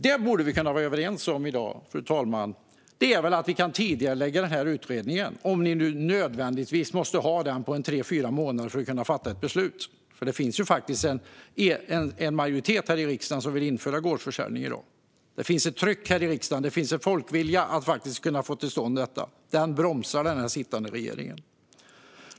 Vi borde kunna vara överens om i dag, fru talman, att denna utredning ska tidigareläggas, om ni nödvändigtvis måste ha den på tre fyra månader för att kunna fatta ett beslut. Det finns faktiskt en majoritet här i riksdagen som vill införa gårdsförsäljning. Det finns ett tryck här i riksdagen, och det finns en folkvilja att faktiskt få till stånd detta. Denna folkvilja bromsas av den sittande regeringen.